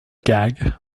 gag